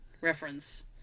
reference